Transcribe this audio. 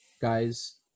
guys